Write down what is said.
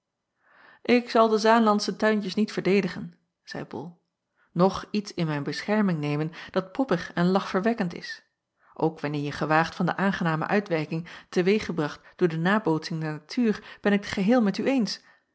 k zal de aanlandsche tuintjes niet verdedigen zeî ol noch iets in mijn bescherming nemen dat poppig en lachverwekkend is ook wanneer je gewaagt van de aangename uitwerking te weeg gebracht door de nabootsing der natuur ben ik het geheel met u eens